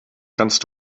kannst